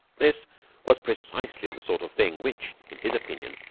this was precisely the sort of thing which, in his opinion,